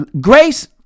grace